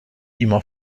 immer